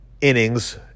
innings